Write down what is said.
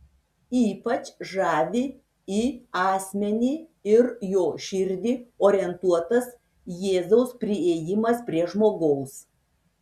ypač žavi į asmenį ir jo širdį orientuotas jėzaus priėjimas prie žmogaus